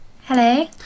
Hello